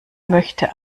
möchte